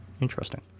Interesting